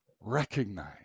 recognize